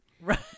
Right